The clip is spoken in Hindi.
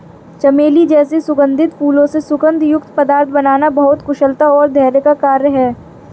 चमेली जैसे सुगंधित फूलों से सुगंध युक्त पदार्थ बनाना बहुत कुशलता और धैर्य का कार्य है